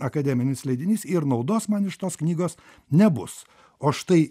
akademinis leidinys ir naudos man iš tos knygos nebus o štai